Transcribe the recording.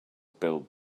build